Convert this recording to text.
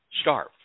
starve